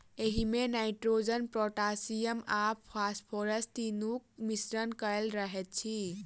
एहिमे nitrogen, potassium आ phosphorus तीनूक मिश्रण कएल रहैत अछि